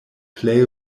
plej